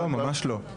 ממש לא.